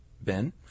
Ben